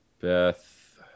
Beth